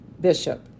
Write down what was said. Bishop